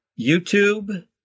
YouTube